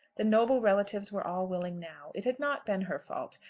the noble relatives were all willing now. it had not been her fault.